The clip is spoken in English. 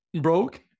Broke